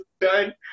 done